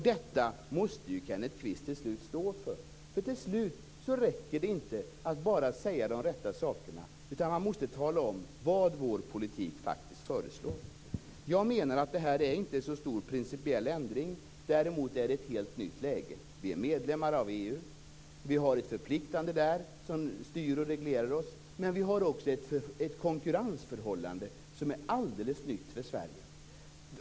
Detta måste Kenneth Kvist till slut stå för. Det räcker till sist inte att bara säga de rätta sakerna, utan han måste tala om vad vår politik faktiskt förespråkar. Jag menar att det här inte är en så stor principiell ändring. Däremot har vi ett helt nytt läge. Vårt land är medlem av EU. Vi har där förpliktelser som styr och reglerar oss, men vi har också ett konkurrensförhållande som är alldeles nytt för Sverige.